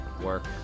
work